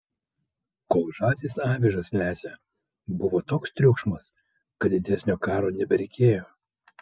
kol žąsys avižas lesė buvo toks triukšmas kad didesnio karo nebereikėjo